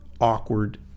awkward